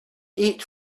eight